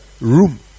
Room